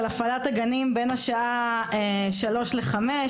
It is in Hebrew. על הפעלת הגנים בין השעה 15:00 ל-17:00,